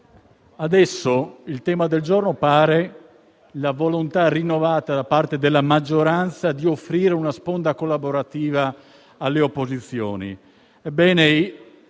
di no. Il tema del giorno pare sia la volontà rinnovata della maggioranza di offrire una sponda collaborativa alle opposizioni.